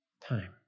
time